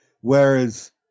whereas